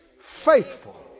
faithful